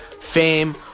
fame